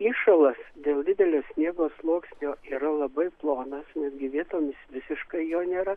įšalas dėl didelio sniego sluoksnio yra labai plonas netgi vietomis visiškai jo nėra